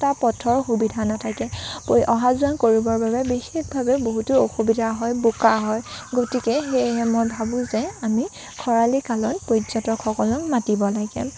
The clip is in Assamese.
বা পথৰ সুবিধা নাথাকে অহা যোৱা কৰিবৰ বাবে বিশেষভাৱে বহুতো অসুবিধা হয় বোকা হয় গতিকে সেয়েহে মই ভাবোঁ যে আমি খৰালি কালত পৰ্যটকসকলক মাতিব লাগে